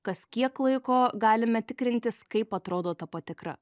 kas kiek laiko galime tikrintis kaip atrodo ta patikra